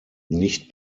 nicht